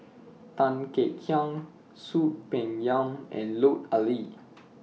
Tan Kek Hiang Soon Peng Yam and Lut Ali